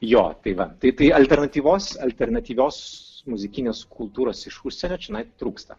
jo tai va tai alternatyvios alternatyvios muzikinės kultūros iš užsienio čionai trūksta